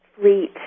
fleet